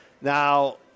Now